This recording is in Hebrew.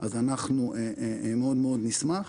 אז אנחנו מאוד מאוד נשמח.